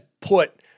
put